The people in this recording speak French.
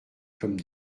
comme